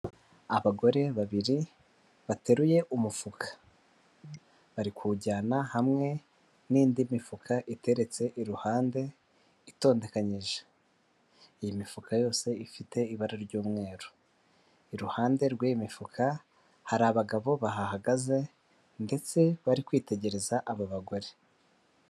Abagore babiri bateruye umufuka bari kuwujyana hamwe n'indi mifuka iteretse iruhande itondekanyije, iyi mifuka yose ifite ibara ry'umweru. Iruhande rw'imifuka hari abagabo bahagaze ndetse bari kwitegereza aba bagore.